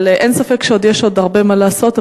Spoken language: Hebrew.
אין ספק שעוד יש הרבה מה לעשות,